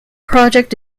project